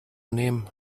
nehmen